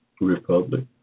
republic